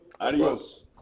Adios